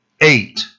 eight